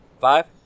Five